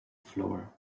floor